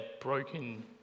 broken